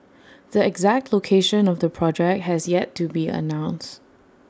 the exact location of the project has yet to be announced